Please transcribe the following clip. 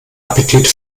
appetit